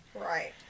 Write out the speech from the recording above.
Right